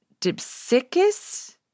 Dipsicus